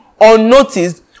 unnoticed